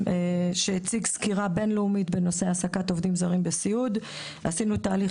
שהציג סקירה בינלאומית בנושא העסקת עובדים זרים בסיעוד; עשינו תהליך